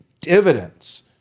dividends